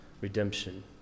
redemption